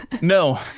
No